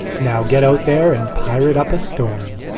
now get out there and pirate up a storm